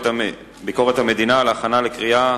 לוועדה לביקורת המדינה להכנה לקריאה